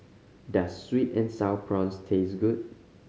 does sweet and Sour Prawns taste good